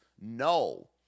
no